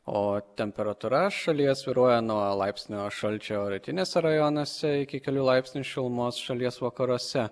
o temperatūra šalyje svyruoja nuo laipsnio šalčio rytiniuose rajonuose iki kelių laipsnių šilumos šalies vakaruose